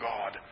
God